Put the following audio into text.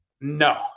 No